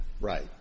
Right